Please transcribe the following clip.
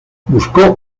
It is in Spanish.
buscó